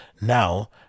now